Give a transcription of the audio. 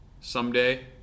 someday